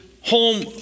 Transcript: home